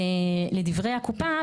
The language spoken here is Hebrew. לדברי הקופה,